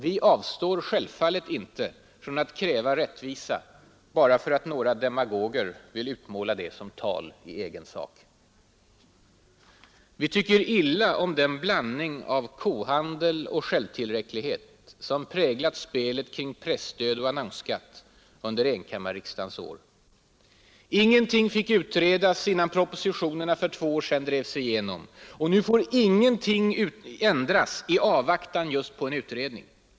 Vi avstår självfallet inte från att kräva rättvisa bara för att några demagoger vill utmåla det som tal i egen sak. Vi tycker illa om den blandning av kohandel och självtillräcklighet som präglat spelet kring presstöd och annonsskatt under enkammarriksdagens år. Ingenting fick utredas innan propositionen för två år sen drevs igenom. Och nu får ingenting ändras i avvaktan på just en utredning.